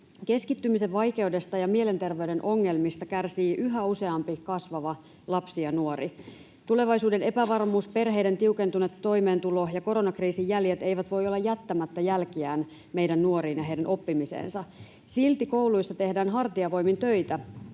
Keskittymisen vaikeudesta ja mielenterveyden ongelmista kärsii yhä useampi kasvava lapsi ja nuori. Tulevaisuuden epävarmuus, perheiden tiukentunut toimeentulo ja koronakriisin jäljet eivät voi olla jättämättä jälkiään meidän nuoriin ja heidän oppimiseensa. Silti kouluissa tehdään hartiavoimin töitä